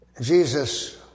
Jesus